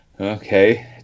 Okay